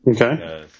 Okay